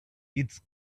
it’s